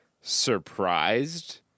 surprised